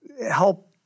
help